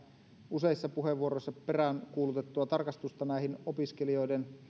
useissa puheenvuoroissa peräänkuulutettua tarkastusta näihin opiskelijoiden